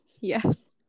Yes